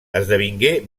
esdevingué